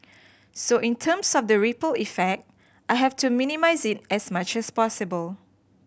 so in terms of the ripple effect I have to minimise it as much as possible